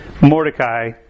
Mordecai